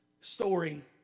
story